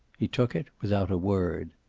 he took it without a word.